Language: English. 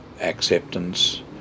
acceptance